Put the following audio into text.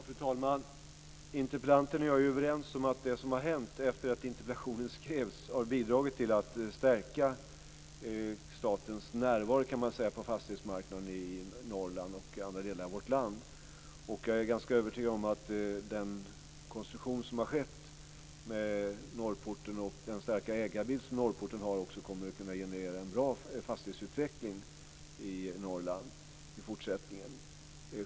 Fru talman! Interpellanten och jag är överens om att det som har hänt efter det att interpellationen skrevs har bidragit till att stärka statens närvaro, kan man säga, på fastighetsmarknaden i Norrland och i andra delar av vårt land. Jag är ganska övertygad om att den konstruktion som har skett med Norrporten och den starka ägarbild som Norrporten har kommer att kunna generera en bra fastighetsutveckling i Norrland i fortsättningen.